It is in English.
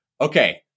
Okay